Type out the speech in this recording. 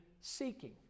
seeking